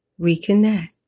reconnect